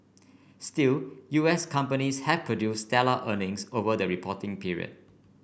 still U S companies have produced stellar earnings over the reporting period